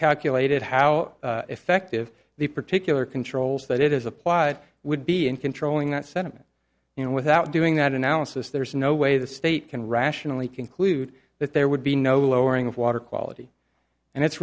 calculated how effective the particular controls that it is applied would be in controlling that sentiment you know without doing that analysis there is no way the state can rationally conclude that there would be no lowering of water quality and it